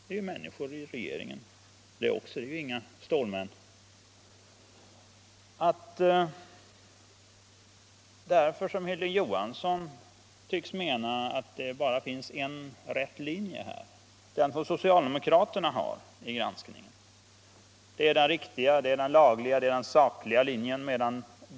Regeringens medlemmar är ju också människor och inga stålmän. Hilding Johansson tycks mena att det bara finns en riktig linje, den som socialdemokraterna har, i granskningsarbetet; det är den riktiga, den lagliga, den sakliga linjen.